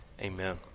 Amen